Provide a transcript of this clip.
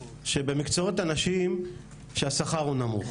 שבמקצועות הנשים השכר הוא נמוך.